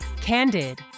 Candid